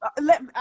let